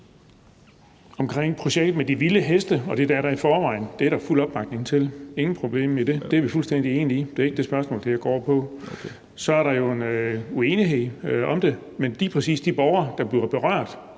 til projektet med de vilde heste og det, der er der i forvejen, er der fuld opbakning – intet problem i det. Det er vi fuldstændig enige i. Det er ikke det, spørgsmålet går på. Der er jo så en uenighed om det, og lige præcis de borgere, der bliver berørt,